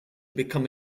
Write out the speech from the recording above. become